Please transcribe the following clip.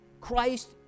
Christ